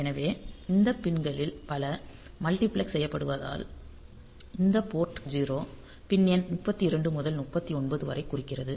எனவே இந்த பின் களில் பல மல்டிபிளெக்ஸ் செய்யப்படுவதால் இந்த போர்ட் 0 பின் எண் 32 முதல் 39 வரை குறிக்கிறது